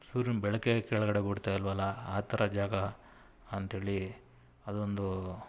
ಸೂರ್ಯನ ಬೆಳಕೇ ಕೆಳಗಡೆ ಬೀಳ್ತಾಯಿಲ್ವಲ್ಲ ಆ ಥರ ಜಾಗ ಅಂಥೇಳಿ ಅದೊಂದು